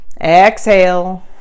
Exhale